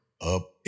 Up